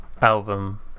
album